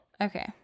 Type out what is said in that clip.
Okay